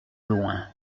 loin